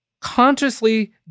consciously